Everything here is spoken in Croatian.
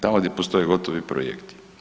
Tamo gdje postoje gotovi projekti.